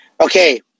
Okay